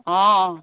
অঁ